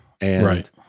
right